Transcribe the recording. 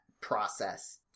process